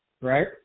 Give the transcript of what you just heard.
right